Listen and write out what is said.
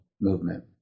movement